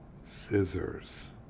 scissors